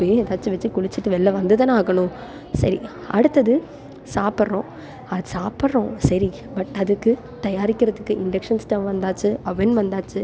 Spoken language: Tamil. வேறு ஏதாச்சும் வெச்சு குளிச்சுட்டு வெளில வந்து தானே ஆகணும் சரி அடுத்தது சாப்பிட்றோம் அது சாப்பிட்றோம் சரி பட் அதுக்கு தயாரிக்கிறதுக்கு இண்டக்ஷன் ஸ்டவ் வந்தாச்சு அவென் வந்தாச்சு